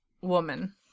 woman